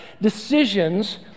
decisions